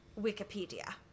wikipedia